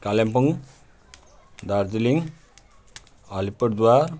Kalimpong Darjeeling Alipurduar